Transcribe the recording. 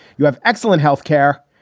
you have excellent health care.